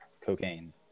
cocaine